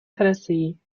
tennessee